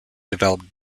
developed